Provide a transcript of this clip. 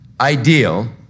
ideal